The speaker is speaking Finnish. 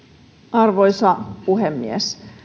arvoisa puhemies